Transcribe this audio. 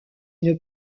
une